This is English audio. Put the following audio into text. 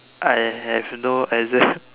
I have no exam